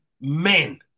men